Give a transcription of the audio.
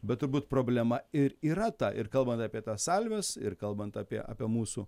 bet turbūt problema ir yra ta ir kalbant apie tas salves ir kalbant apie apie mūsų